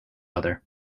other